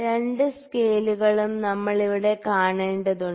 രണ്ട് സ്കെയിലുകളും നമ്മൾ ഇവിടെ കാണേണ്ടതുണ്ട്